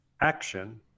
action